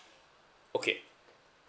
okay